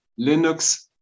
Linux